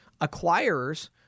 Acquirers